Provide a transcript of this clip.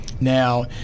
Now